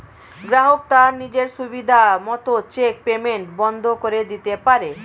গ্রাহক তার নিজের সুবিধা মত চেক পেইমেন্ট বন্ধ করে দিতে পারে